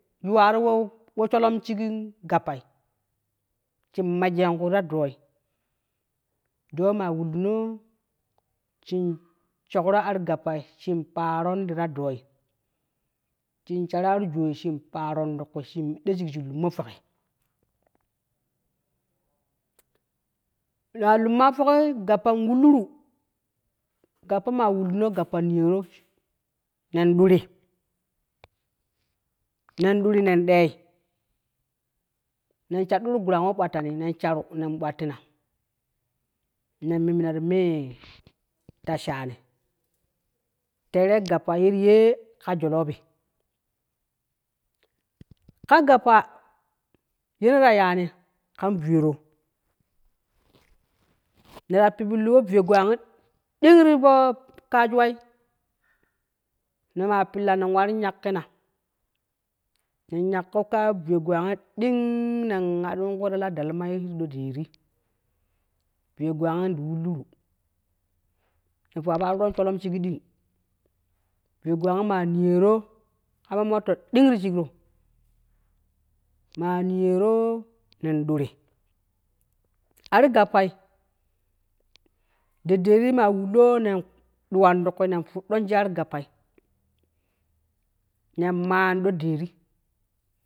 Yuwaro wo wo shalom shigin gappain shin mesyon kui ta dooi dooi maa wulluno shin shukro ar gappai shin paaron tita dooi shin shar ar dooi shin paaron ti kui shin mido shin lummo ⼲ugi, shii ma lumma ⼲ugi gappan wulluru, gappa maa wulluno gappa niyoro nen duri, nen duri nen dei, nen shadduru gurang we bwattani nen sharu nen bwattina, nen mimina ti mee ta shaani, teere gappa yee ti ye ƙa jolobi, ka gappa yene ta yaani kan viyoro neta pipillu we ya viye gwagi ɗing ti-po- kajuwai, nemaa pilla nen wari nyakkina, nen nyakko kaya viyo gwagi ding nen hadin kui ta ladalmai ti ɗo deedi, viye gwagi di wulluru ne ⼲uwa po angon sholomi ding, viye gwagi maa niyoro kama morto ding ti shigro maa niyoro nen duuri, ar gappai deddedi maa wullo nen kpa nen duwanti kui nen ⼲uddon shiggi ar gappai nen maa ɗo deedi.